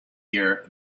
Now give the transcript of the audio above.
year